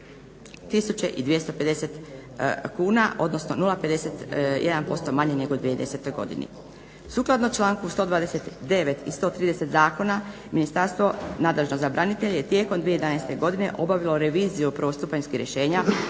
250 kuna odnosno 0,51% manje nego u 2010.godini. Sukladno članku 129.i 130. Zakona ministarstvo nadležno za branitelje tijekom 2011.godine obavilo je reviziju prvostupanjskih rješenja